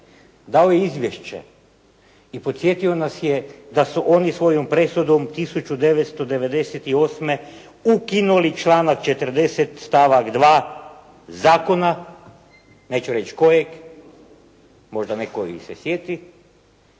dao je izvješće i podsjetio nas je da su oni svojom presudom 1998. ukinuli članak 40. stavak 2. zakona, neću reći kojeg, možda netko i se sjeti